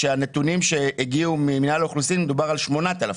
כשבנתונים שהגיעו ממנהל האוכלוסין מדובר על 8,000,